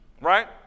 right